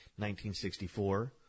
1964